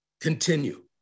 Continue